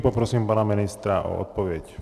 Poprosím pana ministra o odpověď.